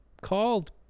called